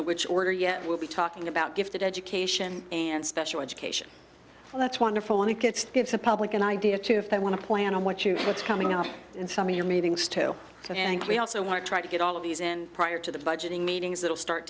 know which order yet we'll be talking about gifted education and special education that's wonderful and it gets give the public an idea to if they want to plan on what you what's coming up in some of your meetings to go and we also want to try to get all of these in prior to the budgeting meetings that will start